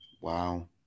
wow